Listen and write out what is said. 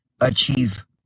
achieve